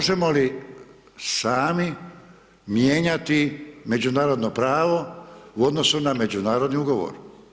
Možemo li sami mijenjati međunarodno pravo u odnosu na međunarodni ugovor?